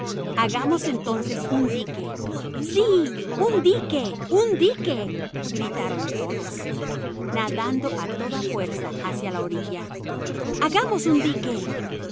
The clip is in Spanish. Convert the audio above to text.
hagamos entonces un dique si un dique un dique gritaron todos nadando a toda fuerza hacia la orilla hagamos un dique